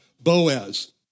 Boaz